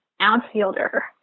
outfielder